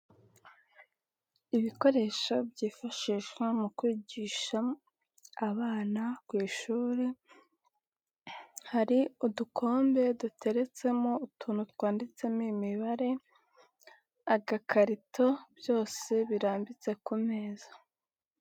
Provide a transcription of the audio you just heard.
Ibikoresho byifashishwa mu kwigisha abana ku ishuri, hari udukombe duteretsemo utuntu twanditsemo imibare, agakarito byose birambitse ku meza.